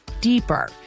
deeper